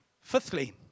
Fifthly